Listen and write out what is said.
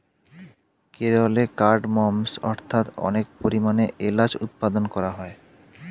কেরলে কার্ডমমস্ অর্থাৎ অনেক পরিমাণে এলাচ উৎপাদন করা হয়